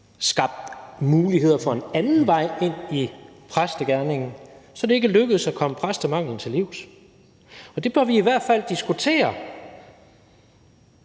skabt mulighed for en anden vej ind i præstegerningen – lykkedes med at komme præstemanglen til livs. Og vi bør i hvert fald diskutere,